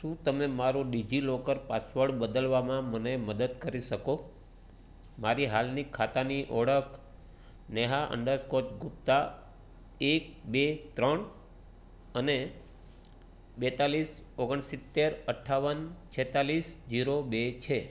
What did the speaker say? શું તમે મારો ડિજિલોકર પાસવર્ડ બદલવામાં મને મદદ કરી શકો મારી હાલની ખાતાની ઓળખ નેહા અંડર સ્કોર ગુપ્તા એક બે ત્રણ અને બેતાલીસ ઓગણ સિત્તેર અઠાવન છેંતાલીસ જીરો બે છે